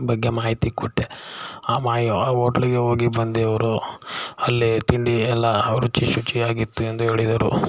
ಬಗ್ಗೆ ಮಾಹಿತಿ ಕೊಟ್ಟೆ ಆ ಮಾ ಆ ಹೋಟ್ಲಿಗೆ ಹೋಗಿ ಬಂದು ಅವರು ಅಲ್ಲಿ ತಿಂಡಿ ಎಲ್ಲ ಅವರು ರುಚಿ ಶುಚಿಯಾಗಿತ್ತು ಎಂದು ಹೇಳಿದರು